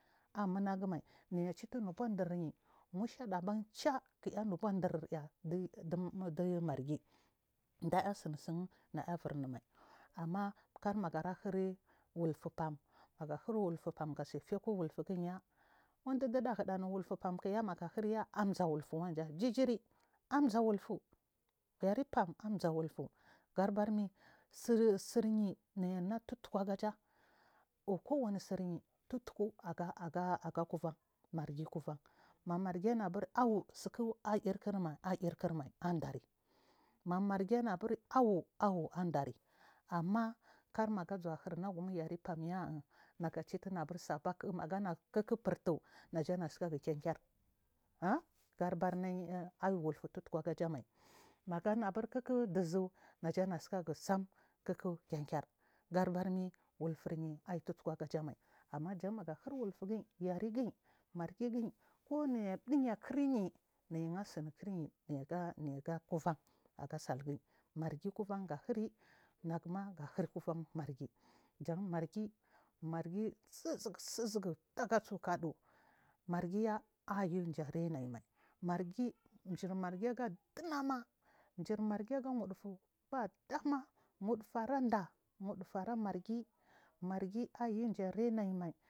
Amunagumai neyichifin gafurachiri yi musha ɗaba cha a kiya hibachi aiy chmirgi ɗaiya tsi sum nayaburnuma anma karmagals huri wufu fam maga hir wuɗfam gafe ku wulfugya iɗiɗa aganu maaga hir wufu fam am zan wulfugm anam wufu sir siryinayiga tutkugaja kowa wani tsiryi tutku aga kuven mmargi kuvan mamarginu bur asl mai anɗariya amma karmaga zuwahir imagum yare fanya negecitm abursabeku mkagunu kikfurtu naja nasikagu keinker aan gavdabarnayi aiwufu tutku gatsmai maganabur kik ɗizu naggada burmi wulfuryi aiy tutku agamai ammagan magashir wulfu gin yare giyi mergiyi konoyi ɗuya kiryi nayastsini kiryi nayi ga kuvanaga salanyi mara kuvan gashiri neguma gahir kukan margi sizusizu agasukaɗu ma rgiya ayu ga raina mai margiya jurmargr aga ɗinama margi aga wudufu ara margi margi aiyu jaraina.